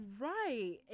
right